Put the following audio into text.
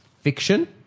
fiction